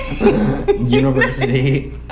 University